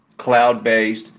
cloud-based